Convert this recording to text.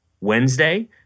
Wednesday